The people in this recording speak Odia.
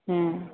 ହୁଁ